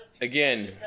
again